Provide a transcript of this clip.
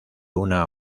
una